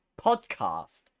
podcast